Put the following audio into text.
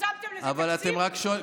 אבל אתם רק שואלים.